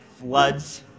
floods